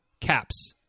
caps